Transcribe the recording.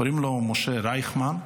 קוראים לו משה רייכמן,